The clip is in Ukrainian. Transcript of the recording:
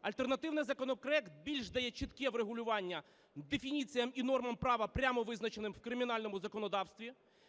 Альтернативний законопроект більш дає чітке врегулювання дефініціям і нормам права, прямо визначеним в кримінальному законодавстві.